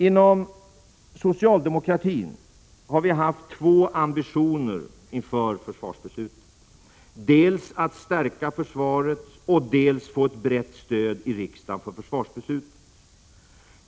Inom socialdemokratin har vi haft två ambitioner inför försvarsbeslutet; dels att stärka försvaret, dels att få ett brett stöd av riksdagen för 63 försvarsbeslutet.